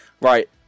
Right